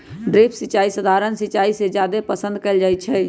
drip सिंचाई सधारण सिंचाई से जादे पसंद कएल जाई छई